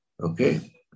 Okay